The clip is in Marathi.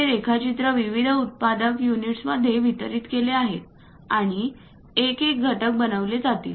हे रेखाचित्र विविध उत्पादक युनिट्समध्ये वितरित केले आहेत आणि एक एक घटक बनवले जातील